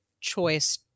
choice